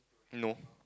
no